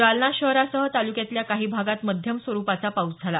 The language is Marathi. जालना शहरासह तालुक्यातल्या काही भागात मध्यम स्वरुपाचा पाऊस झाला